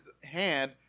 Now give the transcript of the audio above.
hand